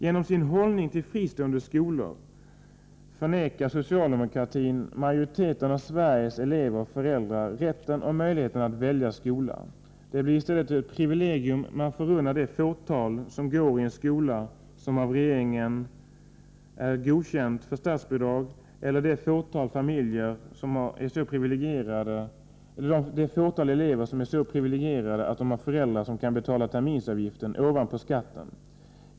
Genom sin hållning till fristående skolor förvägrar socialdemokraterna majoriteten av Sveriges elever och föräldrar rätten och möjligheten att välja skola. Det blir i stället ett privilegium. Man förunnar detta det fåtal som går i en skola som av regeringen är godkänd för statsbidrag eller det fåtal elever som är så privilegierade att de har föräldrar som har råd att betala terminsavgifter ovanpå skatten.